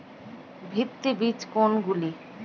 ভিত্তি বীজ কোনগুলি?